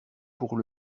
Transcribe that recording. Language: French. pour